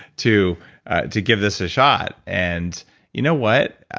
to to give this a shot. and you know what?